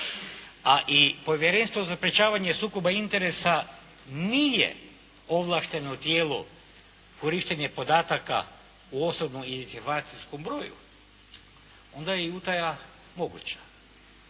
a i Povjerenstvo za sprečavanje sukoba interesa nije ovlašteno tijelo za korištenje podataka o osobnom identifikacijskom broju, onda je i utaja moguća.